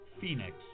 Phoenix